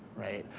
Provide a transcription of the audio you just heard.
right?